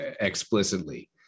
explicitly